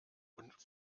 und